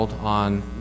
on